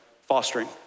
fostering